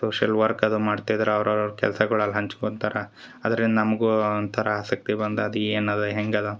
social work ಅದ ಮಾಡ್ತಾ ಇದ್ರ ಅವ್ರವ್ರ ಕೆಲ್ಸಗಳು ಅಲ್ಲಿ ಹಂಚ್ಕೊತಾರ ಅದರಿಂದ ನಮಗೂ ಒಂಥರ ಆಸಕ್ತಿ ಬಂದು ಅದು ಏನು ಅದ ಹೆಂಗೆ ಅದ